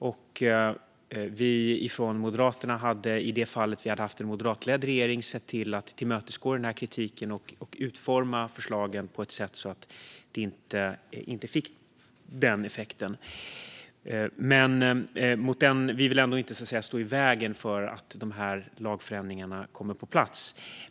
Om vi hade haft en moderatledd regering skulle vi moderater ha sett till att tillmötesgå denna kritik och utforma förslagen på ett sådant sätt att de inte fick denna effekt. Vi vill ändå inte stå i vägen för att dessa lagförändringar kommer på plats.